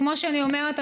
כמו שאני אומרת,